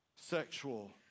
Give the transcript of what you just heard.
Sexual